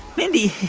mindy,